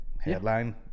headline